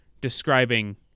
describing